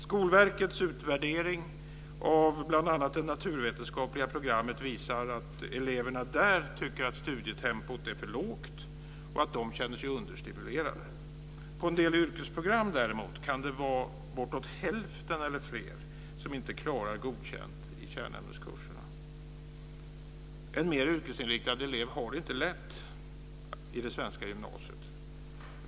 Skolverkets utvärdering av bl.a. det naturvetenskapliga programmet visar att eleverna där tycker att studietempot är för lågt och att de känner sig understimulerade. På en del yrkesprogram däremot kan det vara bortåt hälften eller fler som inte klarar godkänt i kärnämneskurserna. En mera yrkesinriktad elev har det inte lätt i det svenska gymnasiet.